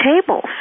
tables